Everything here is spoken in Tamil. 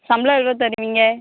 சம்பளம் எவ்வளோ தருவீங்க